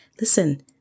Listen